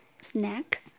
snack